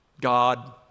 God